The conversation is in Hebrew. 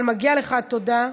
אבל מגיעה לך תודה.